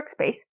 workspace